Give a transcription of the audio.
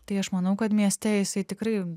tai aš manau kad mieste jisai tikrai